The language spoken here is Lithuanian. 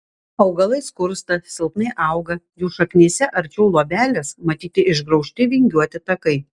augalai skursta silpnai auga jų šaknyse arčiau luobelės matyti išgraužti vingiuoti takai